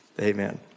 Amen